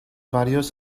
varios